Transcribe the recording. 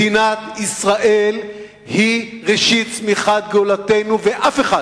מדינת ישראל היא ראשית צמיחת גאולתנו, ואף אחד